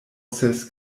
ses